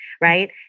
right